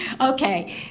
Okay